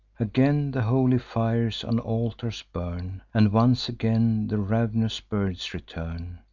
again the holy fires on altars burn and once again the rav'nous birds return,